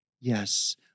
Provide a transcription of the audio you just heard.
Yes